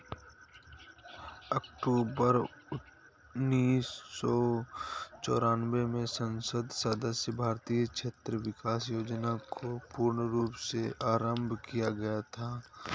अक्टूबर उन्नीस सौ चौरानवे में संसद सदस्य स्थानीय क्षेत्र विकास योजना को पूर्ण रूप से आरम्भ किया गया था